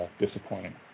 disappointing